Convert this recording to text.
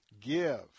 give